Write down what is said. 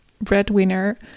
breadwinner